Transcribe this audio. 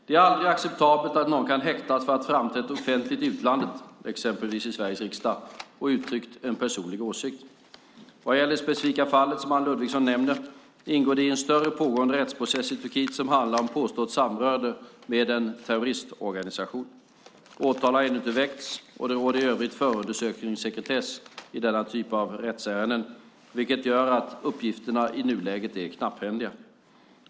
Det är aldrig acceptabelt att någon kan häktas för att ha framträtt offentligt i utlandet, exempelvis i Sveriges riksdag, och uttryckt en personlig åsikt. Vad gäller det specifika fall som Anne Ludvigsson nämner ingår det i en större pågående rättsprocess i Turkiet som handlar om påstått samröre med en terroristorganisation. Åtal har ännu inte väckts, och det råder i övrigt förundersökningssekretess i denna typ av rättsärenden, vilket gör att uppgifterna i nuläget är knapphändiga.